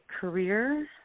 career